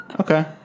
Okay